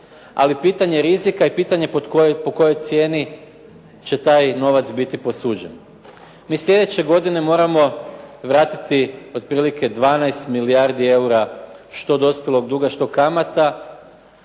ali pitanje rizika i pitanje po kojoj cijeni će taj novac biti posuđen. Mi sljedeće godine moramo vratiti otprilike 12 milijardi eura što dospjelog duga, što kamata,